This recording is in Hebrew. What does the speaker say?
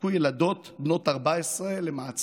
זרקו ילדות בנות 14 למעצר